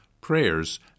prayers